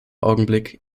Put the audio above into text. augenblick